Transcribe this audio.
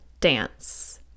dance